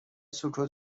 سکوت